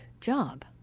job